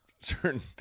certain